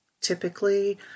Typically